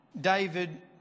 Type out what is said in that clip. David